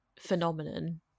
phenomenon